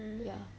ya